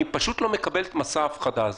אני פשוט לא מקבל את מסע ההפחדה הזה.